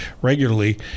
regularly